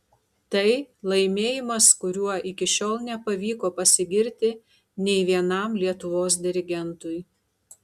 tai laimėjimas kuriuo iki šiol nepavyko pasigirti nei vienam lietuvos dirigentui